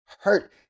hurt